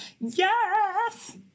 yes